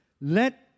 let